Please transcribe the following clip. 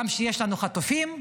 גם כשיש לנו חטופים,